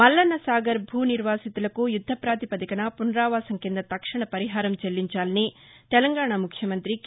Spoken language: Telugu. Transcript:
మల్లన్నసాగర్ భూ నిర్వాసితులకు యుద్ద పాతిపదికన పునరావాసం కింద తక్షణ పరిహారం ను చెల్లించాలని తెలంగాణా ముఖ్యమంతి కె